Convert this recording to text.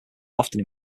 often